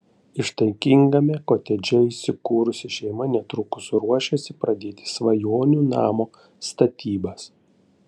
ištaigingame kotedže įsikūrusi šeima netrukus ruošiasi pradėti svajonių namo statybas